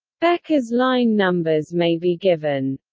bekker's line numbers may be given.